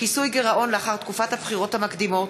(כיסוי גירעון לאחר תקופת הבחירות המקדימות),